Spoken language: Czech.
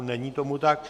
Není tomu tak.